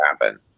happen